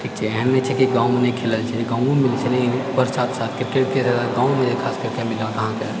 ठीक छै एहन नहि छै की गाँवमे नहि खेलैत छै गाँवोमे लोक खेलैए पर साथ साथ क्रिकेटके साथ साथ गाँवमे खास कऽ मिलत अहाँकेँ